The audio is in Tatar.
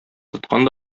тоткан